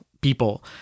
people